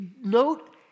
Note